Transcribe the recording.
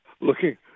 looking